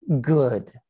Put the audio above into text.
good